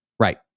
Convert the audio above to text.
Right